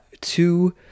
two